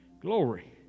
glory